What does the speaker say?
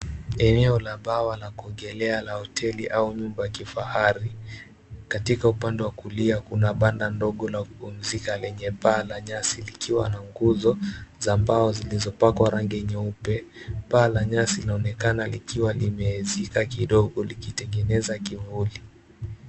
Eneo la bwawa la kuogelea la hoteli au nyumba ya kifahari, katika upande wa kulia kuna banda ndo la kupumzika lenye paa la nyasi likiwa na nguzo za mbao zilizopakwa rangi nyeupe. Paa la nyasi inaonekana likiwa limezika kidogo likitengeneza kivuli.